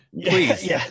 please